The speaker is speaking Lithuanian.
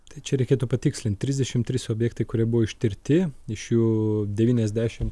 tai čia reikėtų patikslint trisdešimt trys objektai kurie buvo ištirti iš jų devyniasdešim